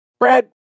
Brad